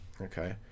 Okay